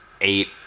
Eight